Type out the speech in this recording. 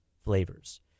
flavors